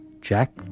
Jack